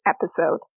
episode